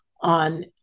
on